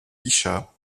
bichat